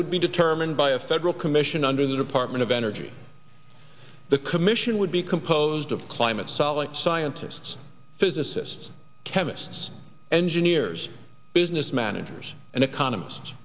would be determined by a federal commission under the department of energy the commission would be composed of climate solid scientists physicists chemists engineers business managers and economist